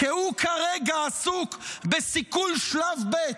כי הוא כרגע עסוק בסיכול שלב ב'